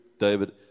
David